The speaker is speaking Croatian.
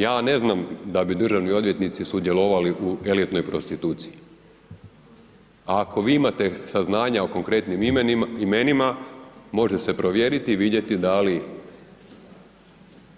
Ja ne znam da bi državni odvjetnici sudjelovali u elitnoj prostituciji, a ako vi imate saznanja o konkretnim imenima, može se provjeriti i vidjeti da li